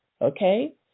Okay